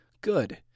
Good